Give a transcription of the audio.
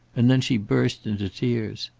and then she burst into tears.